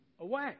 away